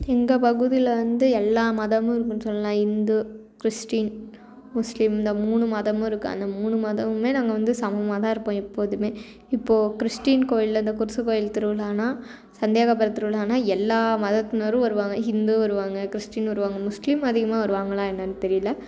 எங்கள் பகுதியில வந்து எல்லாம் மதமும் இருக்குதுன்னு சொல்லலாம் இந்து கிறிஸ்டியன் முஸ்லீம் இந்த மூணு மதமும் இருக்குது அந்த மூணு மதமுமே நாங்கள் வந்து சமமாகதான் இருப்போம் எப்போதுமே இப்போது கிறிஸ்டியன் கோயில்ல இந்த குருசை கோயில் திருவிழான்னா சந்தியாகப்பர் திருவிழான்னா எல்லாம் மதத்தினரும் வருவாங்க ஹிந்து வருவாங்க கிறிஸ்டியன் வருவாங்க முஸ்லீம் அதிகமாக வருவாங்களா என்னான்னு தெரியல